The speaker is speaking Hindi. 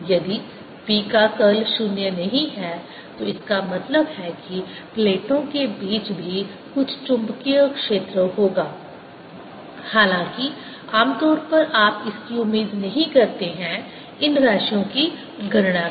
यदि B का कर्ल 0 नहीं है तो इसका मतलब है कि प्लेटों के बीच भी कुछ चुंबकीय क्षेत्र होगा हालाँकि आमतौर पर आप इसकी उम्मीद नहीं करते हैं इन राशियों की गणना करें